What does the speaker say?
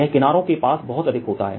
यह किनारों के पास बहुत अधिक होता है